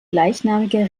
gleichnamiger